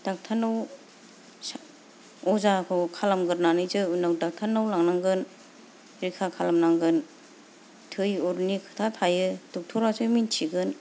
doctor नाव अजाखौ खालामग्रोनानैसो उनाव डक्टर नाव लांनांगोन रैखा खालामनांगोन थै अरनि खोथा थायो डक्टर आसो मिथिगोन